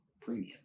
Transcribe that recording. Premium